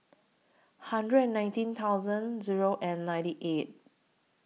hundred and nineteen thousand Zero and ninety eight